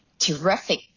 Terrific